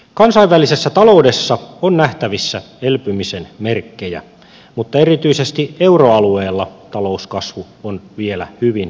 kansainvälisessä taloudessa on nähtävissä elpymisen merkkejä mutta erityisesti euroalueella talouskasvu on vielä hyvin orastavaa